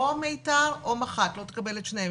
או מיתר או מח"ט, לא תקבל את שניהם.